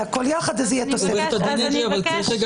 לגבי